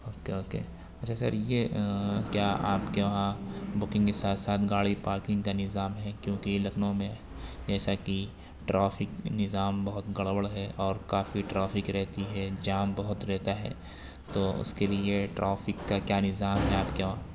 او کے okay اچھا sir یہ کیا آپ کے وہاں بکنگ کے ساتھ ساتھ گاڑی پارکنگ کا نظام ہے کیونکہ لکھنؤ میں جیسا کی ٹرافک نظام بہت گڑبڑ ہے اور کافی ٹرافک رہتی ہے جام بہت رہتا ہے تو اس کے لیے ٹرافک کا کیا نظام ہے آپ کے وہاں